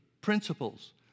principles